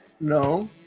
No